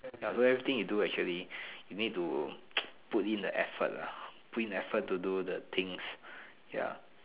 everything you do actually you need to put in the effort lah put in effort to do the things ya